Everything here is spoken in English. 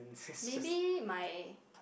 maybe my